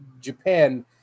Japan